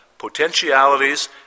potentialities